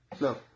No